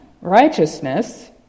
righteousness